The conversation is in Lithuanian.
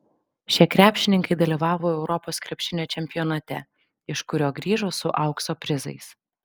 šie krepšininkai dalyvavo europos krepšinio čempionate iš kurio grįžo su aukso prizais